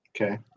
Okay